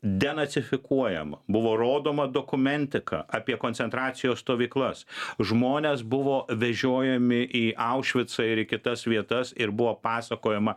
denacifikuojama buvo rodoma dokumentika apie koncentracijos stovyklas žmonės buvo vežiojami į aušvicą ir į kitas vietas ir buvo pasakojama